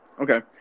Okay